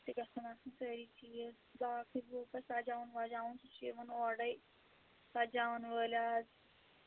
تہِ گژھن آسٕنۍ سٲری چیٖز باقٕے گوٚو پَتہٕ سَجاوُن وَجاوُن سُہ چھُ یِوان اورے سَجاوَن وٲلۍ اَز